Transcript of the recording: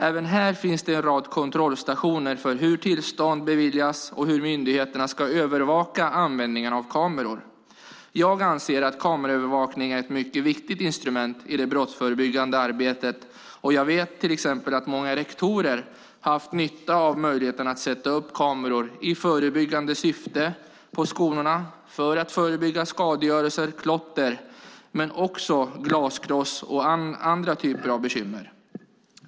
Även här finns en rad kontrollstationer för hur tillstånd beviljas och hur myndigheterna ska övervaka användningen av kameror. Jag anser att kameraövervakning är ett mycket viktigt instrument i det brottsförebyggande arbetet, och jag vet att till exempel många rektorer haft nytta av möjligheten att i förebyggande syfte sätta upp kameror i skolorna, alltså för att förebygga skadegörelse såsom klotter men också glasskrossande och andra typer av skadegörelse.